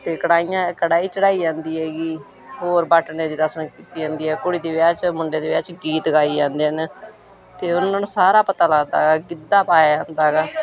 ਅਤੇ ਕੜਾਹੀਆਂ ਕੜਾਹੀ ਚੜ੍ਹਾਈ ਜਾਂਦੀ ਹੈਗੀ ਹੋਰ ਬਟਨੇ ਦੀ ਰਸਮ ਕੀਤੀ ਜਾਂਦੀ ਹੈ ਕੁੜੀ ਦੇ ਵਿਆਹ 'ਚ ਮੁੰਡੇ ਦੇ ਵਿਆਹ 'ਚ ਗੀਤ ਗਾਏ ਜਾਂਦੇ ਹਨ ਅਤੇ ਉਹਨਾਂ ਨੂੰ ਸਾਰਾ ਪਤਾ ਲੱਗਦਾ ਗਿੱਧਾ ਪਾਇਆ ਜਾਂਦਾ ਹੈਗਾ